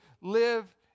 live